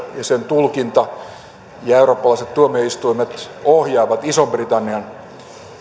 ja sen tulkinta ja eurooppalaiset tuomioistuimet ohjaavat ison britannian